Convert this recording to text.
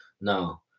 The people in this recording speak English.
no